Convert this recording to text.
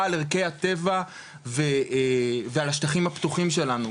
על ערכי הטבע ועל השטחים הפתוחים שלנו,